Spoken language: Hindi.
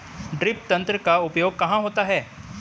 ड्रिप तंत्र का उपयोग कहाँ होता है?